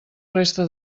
resta